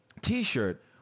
t-shirt